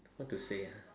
what to say ah